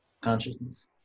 consciousness